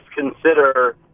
consider